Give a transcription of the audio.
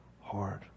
hard